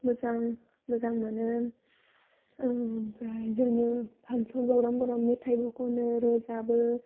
मोजां मोजां मोनो ओमफ्राय जोङो फांसन फग्रामफोराव मेथाइबो खनो रोजाबो